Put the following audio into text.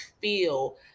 feel